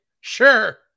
sure